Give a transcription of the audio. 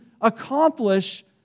accomplish